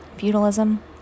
feudalism